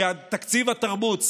תקציב התרבות,